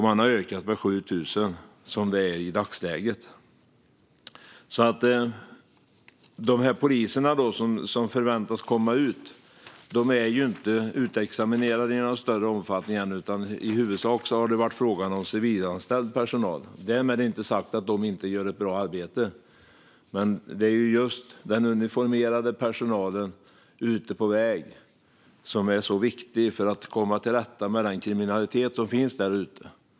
Man har ökat med 7 000, som det är i dagsläget. De poliser som förväntas komma ut är ju inte utexaminerade i någon större omfattning än, utan i huvudsak har det varit fråga om civilanställd personal. Därmed inte sagt att de inte gör ett bra arbete. Men det är just den uniformerade personalen ute på väg som är så viktig för att komma till rätta med den kriminalitet som finns där ute.